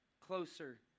closer